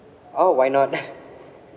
oh why not